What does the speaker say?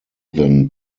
than